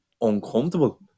uncomfortable